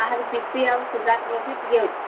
ତା'ହେଲେ ବିିପି ଆଉ ସୁଗର୍ ବି ଟିକେ ଅଛି